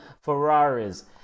Ferraris